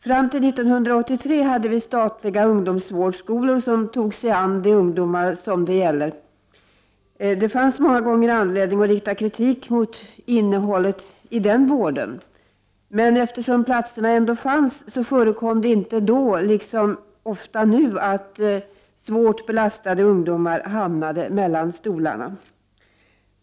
Fram till 1983 fanns de statliga ungdomsvårdsskolorna, som tog sig an de ungdomar som detta gäller. Det fanns många gånger anledning att rikta kritik mot innehållet i den vården, men eftersom platserna ändå fanns förekom det inte, som det ofta gör nu, att svårt belastade ungdomar hamnade mellan stolarna.